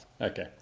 okay